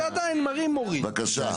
בבקשה,